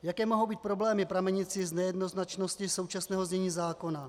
Jaké mohou být problémy pramenící z nejednoznačnosti současného znění zákona?